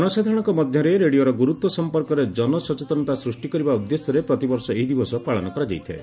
ଜନସାଧାରଶଙ୍କ ମଧ୍ଧରେ ରେଡିଓର ଗୁରୁତ୍ ସଂପର୍କରେ ଜନସଚେତନତା ସୂଷ୍ କରିବା ଉଦ୍ଦେଶ୍ୟରେ ପ୍ରତିବର୍ଷ ଏହି ଦିବସ ପାଳିନ କରାଯାଇଥାଏ